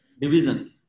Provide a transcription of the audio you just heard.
division